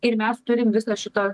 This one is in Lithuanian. ir mes turim visą šitą